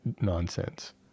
nonsense